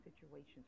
situations